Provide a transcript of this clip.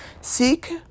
Seek